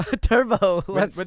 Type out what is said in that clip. turbo